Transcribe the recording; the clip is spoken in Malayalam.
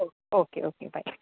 oh okay okay by